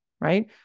right